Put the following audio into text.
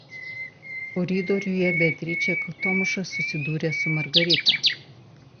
koridoriuje beatričė kaktomuša susidūrė su margarita